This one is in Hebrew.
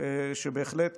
שבהחלט